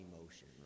emotion